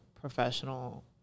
professional